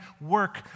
work